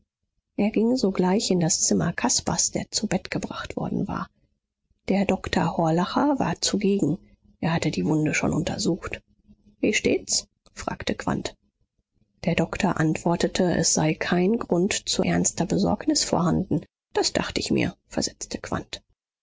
er ging sogleich in das zimmer caspars der zu bett gebracht worden war der doktor horlacher war zugegen er hatte die wunde schon untersucht wie steht's fragte quandt der doktor antwortete es sei kein grund zu ernster besorgnis vorhanden das dacht ich mir versetzte